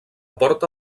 porta